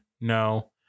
No